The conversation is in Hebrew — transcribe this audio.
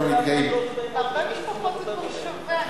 בהרבה משפחות זה כבר שווה.